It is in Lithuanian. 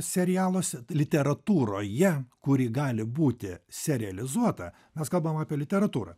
serialuose literatūroje kuri gali būti serializuota mes kalbam apie literatūrą